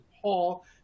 Paul